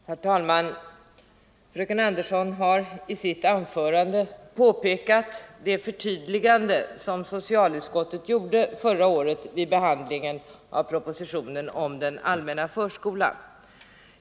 Herr talman! Fröken Andersson har i sitt anförande påpekat det förtydligande som socialutskottet gjorde förra året vid behandlingen av propositionen om den allmänna förskolan.